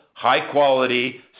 high-quality